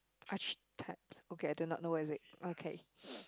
hashtag okay I don't know know what is it okay